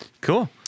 Cool